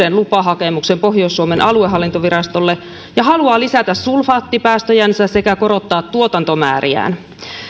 uuden lupahakemuksen pohjois suomen aluehallintovirastolle ja haluaa lisätä sulfaattipäästöjänsä sekä korottaa tuotantomääriään